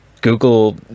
Google